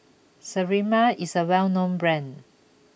Sterimar is a well known brand